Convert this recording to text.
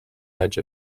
edge